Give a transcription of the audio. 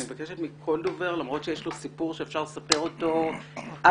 אני מבקשת מכל דובר למרות שיש לו סיפור שאפשר לספר אותו עד